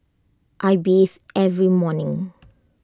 I bathe every morning